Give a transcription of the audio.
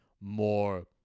more